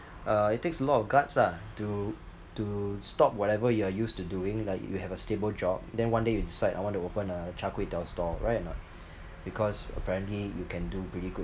uh it takes a lot of guts ah to to stop whatever you are used to doing like you have a stable job then one day you decide I want to open a char kway teow stall right or not because apparently you can do pretty good